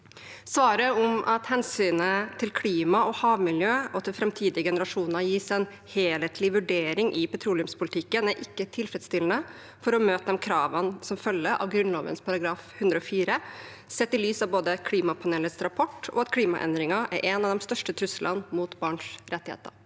Svaret om at hensynet til klima og havmiljø, og til fremtidige generasjoner gis en helhetlig vurdering i petroleumspolitikken er ikke tilfredsstillende for å møte de krav som følger av Grunnloven § 104, sett i lys av både Klimapanelets rapport og at klimaendringer er en av de største truslene mot barns rettigheter.